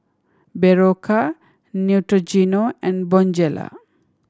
Berocca Neutrogena and Bonjela